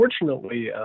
unfortunately